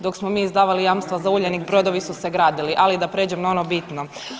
Dok smo mi izdavali jamstva za Uljanik brodovi su se gradili, ali da prijeđem na ono bitno.